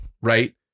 right